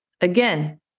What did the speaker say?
Again